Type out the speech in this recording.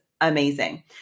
amazing